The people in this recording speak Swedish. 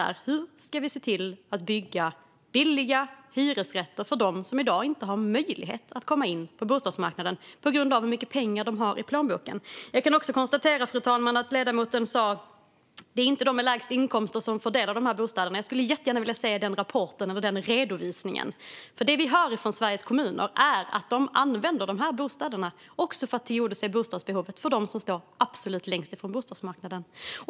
Därför är min första fråga: Hur ska vi se till att bygga billiga hyresrätter för dem som i dag inte har möjlighet att komma in på bostadsmarknaden på grund av hur mycket pengar de har i plånboken? Jag kan också konstatera, fru talman, att ledamoten sa: Det är inte de med lägst inkomster som får del av dessa bostäder. Jag skulle jättegärna vilja se den rapporten eller den redovisningen, för det vi hör från Sveriges kommuner är att de använder dessa bostäder också för att tillgodose bostadsbehovet hos dem som står absolut längst ifrån bostadsmarknaden.